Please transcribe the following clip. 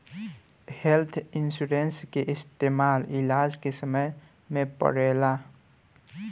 health insurance के इस्तमाल इलाज के समय में पड़ेला